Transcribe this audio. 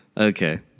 Okay